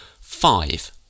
five